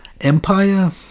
Empire